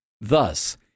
Thus